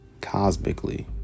cosmically